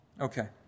Okay